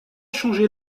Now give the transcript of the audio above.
changer